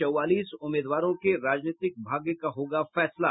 चौवालीस उम्मीदवारों के राजनीतिक भाग्य का होगा फैसला